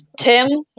Tim